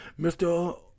Mr